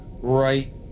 right